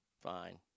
fine